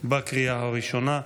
לקריאה הראשונה.